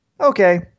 Okay